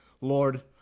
Lord